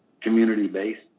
community-based